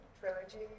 Trilogy